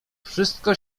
wszystko